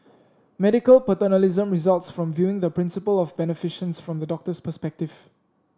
medical paternalism results from viewing the principle of beneficence from the doctor's perspective